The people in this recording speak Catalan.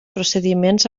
procediments